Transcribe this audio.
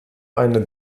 eine